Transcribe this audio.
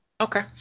Okay